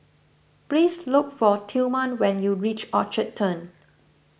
please look for Tillman when you reach Orchard Turn